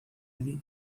eddie